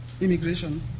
immigration